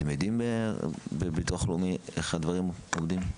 אתם יודעים בביטוח לאומי אייפה הדברים עומדים?